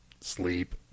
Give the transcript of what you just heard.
Sleep